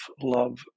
love